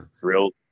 thrilled